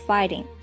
Fighting 。